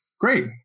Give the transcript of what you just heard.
Great